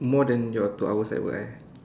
more than your two hours at work eh